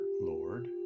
Lord